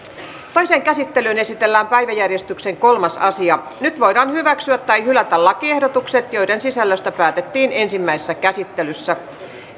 toiseen käsittelyyn esitellään päiväjärjestyksen kolmas asia nyt voidaan hyväksyä tai hylätä lakiehdotukset joiden sisällöstä päätettiin ensimmäisessä käsittelyssä